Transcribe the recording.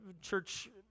church